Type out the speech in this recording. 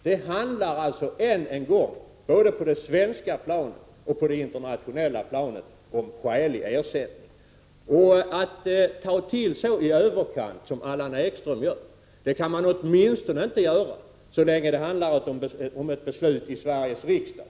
Det handlar både på det svenska planet och på det internationella planet om skälig ersättning. Att ta till så i överkant som Allan Ekström gör kan man åtminstone inte göra så länge det handlar om ett beslut i Sveriges riksdag.